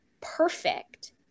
perfect